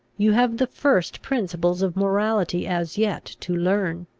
you have the first principles of morality as yet to learn.